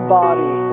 body